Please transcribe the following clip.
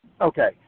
Okay